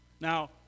Now